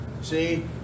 See